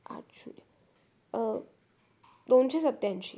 आठ शून्य दोनशे सत्त्याऐंशी